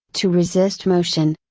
to resist motion.